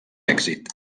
èxit